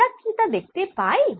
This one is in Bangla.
আমরা কি তা দেখতে পাই